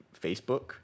Facebook